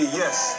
yes